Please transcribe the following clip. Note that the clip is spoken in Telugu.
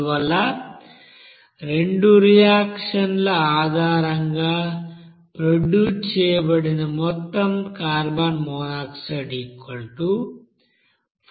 అందువల్ల రెండు రియాక్షన్ ల ఆధారంగా ప్రొడ్యూస్ చేయబడిన మొత్తం కార్బన్ మోనాక్సైడ్45